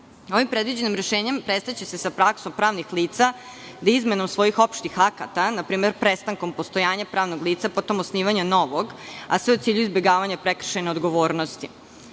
predviđenim rešenjem prestaće se sa praksom pravnih lica da izmenom svojih opštih akata, npr. prestankom postojanja pravnog lica, potom osnivanja novog, a sve u cilju izbegavanja prekršajne odgovornosti. Dalje,